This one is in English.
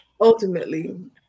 ultimately